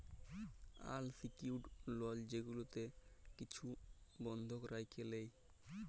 আল secured লল যেগুলাতে কিছু বল্ধক রাইখে লেই